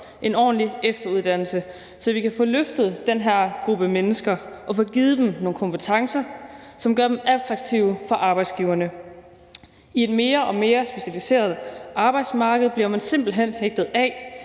en ordentlig efteruddannelse, så vi kan få løftet den her gruppe mennesker og få givet dem nogle kompetencer, som gør dem attraktive for arbejdsgiverne. I et mere og mere specialiseret arbejdsmarked bliver man simpelt hen hægtet af,